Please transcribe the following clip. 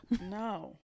No